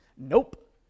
Nope